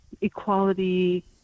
equality